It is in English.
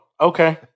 okay